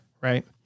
right